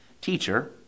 Teacher